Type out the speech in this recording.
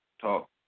talk